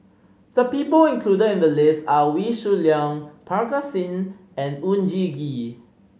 the people included in the list are Wee Shoo Leong Parga Singh and Oon Jin Gee